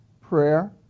prayer